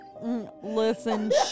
listen